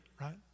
right